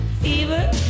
Fever